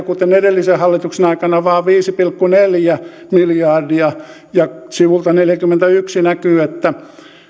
kuten edellisen hallituksen aikana vaan viisi pilkku neljä miljardia ja sivulta neljäkymmentäyksi näkyy että